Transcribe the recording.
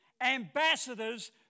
ambassadors